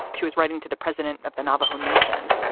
she was writing to the president of the navajo nation